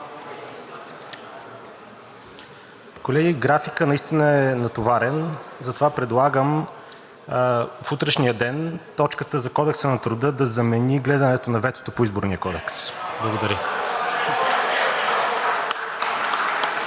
Колеги, графикът, наистина е натоварен, затова предлагам в утрешния ден точката за Кодекса на труда да замени гледането на ветото по Изборния кодекс. Благодаря.